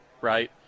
right